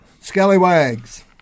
Scallywags